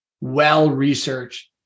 well-researched